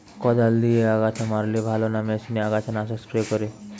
কদাল দিয়ে আগাছা মারলে ভালো না মেশিনে আগাছা নাশক স্প্রে করে?